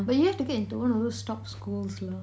but you have to get into one of those top schools lah